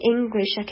English